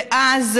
ואז,